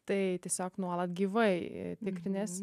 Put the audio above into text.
tai tiesiog nuolat gyvai tikriniesi